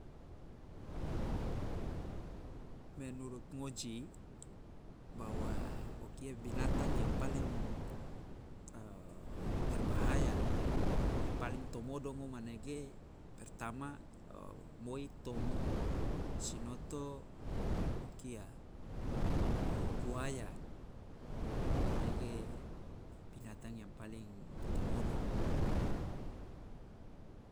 Menurut ngoji, bahwa o kia binatang yang paling a berbahaya de paling to modong manege. Pertama, moi tomo, sinoto o kia o buaya, manege binatang yang paling to modongo.